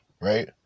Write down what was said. Right